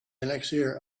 elixir